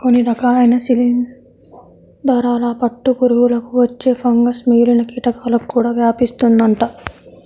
కొన్ని రకాలైన శిలీందరాల పట్టు పురుగులకు వచ్చే ఫంగస్ మిగిలిన కీటకాలకు కూడా వ్యాపిస్తుందంట